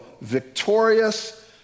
victorious